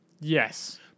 Yes